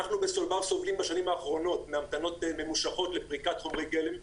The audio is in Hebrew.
אנחנו בסולבר סובלים בשנים האחרונות מהמתנות ממושכות לפריקת חומרי גלם.